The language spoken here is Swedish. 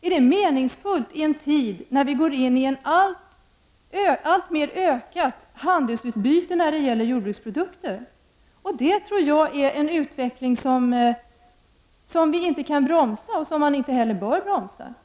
Är detta meningsfullt i en tid när vi går mot ett alltmer ökat handelsutbyte när det gäller jordbruksprodukter? Jag tror att detta är en utveckling som vi inte kan bromsa och som inte heller bör bromsas.